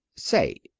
say,